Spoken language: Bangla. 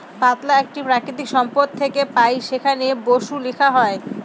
পাতলা একটি প্রাকৃতিক সম্পদ থেকে পাই যেখানে বসু লেখা হয়